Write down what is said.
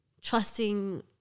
trusting